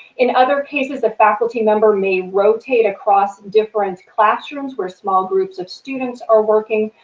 in other cases the faculty member may rotate across different classrooms where small groups of students are working,